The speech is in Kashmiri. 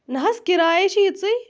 نہَ حظ کِراے ہَے چھِ یِژٕے